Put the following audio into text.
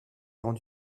rendu